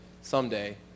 someday